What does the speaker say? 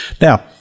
Now